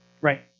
right